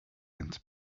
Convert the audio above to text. into